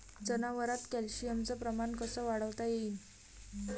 जनावरात कॅल्शियमचं प्रमान कस वाढवता येईन?